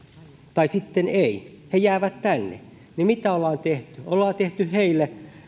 tai sitten eivät he jäävät tänne mitä ollaan tehty ollaan tehty heille